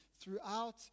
throughout